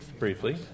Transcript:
briefly